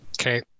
Okay